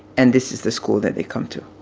and this is the school that they come to.